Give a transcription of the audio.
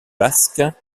basques